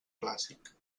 clàssic